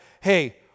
hey